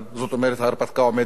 זאת אומרת, ההרפתקה עומדת על,